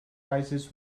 rises